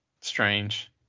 strange